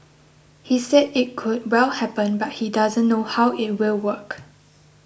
he said it could well happen but he doesn't know how it will work